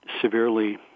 severely